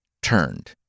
turned